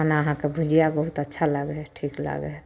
खाना अहाँके भुजिआ बहुत अच्छा लागै हइ ठीक लागै हइ